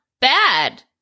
bad